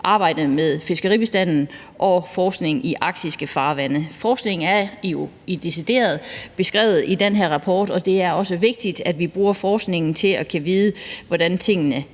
arbejdet med fiskeribestanden og forskning i arktiske farvande. Forskning er jo decideret beskrevet i den her rapport, og det er også vigtigt, at vi bruger forskningen til at kunne vide, hvordan tingene